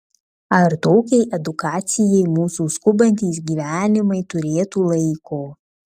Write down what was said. ar tokiai edukacijai mūsų skubantys gyvenimai turėtų laiko